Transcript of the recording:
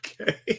Okay